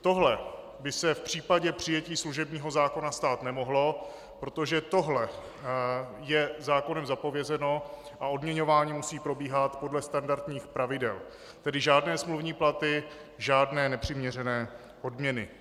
Tohle by se v případě přijetí služebního zákona stát nemohlo, protože tohle je zákonem zapovězeno a odměňování musí probíhat podle standardních pravidel, tedy žádné smluvní platy, žádné nepřiměřené odměny.